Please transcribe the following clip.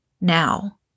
Now